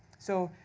so,